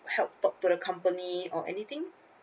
help talk to the company or anything